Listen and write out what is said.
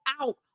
out